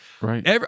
right